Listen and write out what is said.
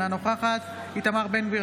אינה נוכחת איתמר בן גביר,